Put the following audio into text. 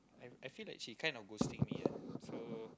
and I feel like she kind of ghosting me ah so